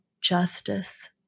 justice